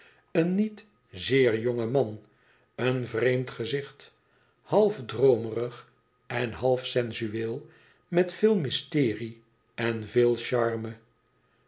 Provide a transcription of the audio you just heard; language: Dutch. een niet zeer jongen man een vreemd gezicht half droomerig en half sensueel met veel mysterie en veel charme